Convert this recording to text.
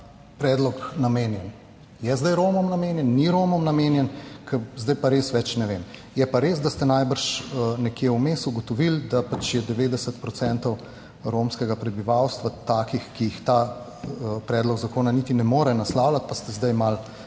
predlog namenjen. Je zdaj Romom namenjen, ni Romom namenjen? Ker zdaj pa res več ne vem. Je pa res, da ste najbrž nekje vmes ugotovili, da je 90 % romskega prebivalstva takega, ki jih ta predlog zakona niti ne more naslavljati, pa ste zdaj malo